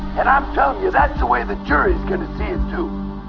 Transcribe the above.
and i'm telling you, that's the way the jury's gonna see it too.